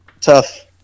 tough